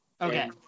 Okay